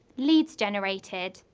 leads generated,